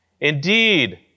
Indeed